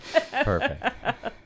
perfect